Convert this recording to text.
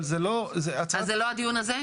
אז זה לא הדיון הזה?